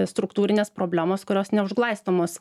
struktūrinės problemos kurios neužglaistomos